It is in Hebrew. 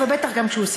הוא נואם טוב.